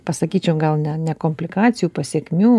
pasakyčiau gal ne ne komplikacijų pasekmių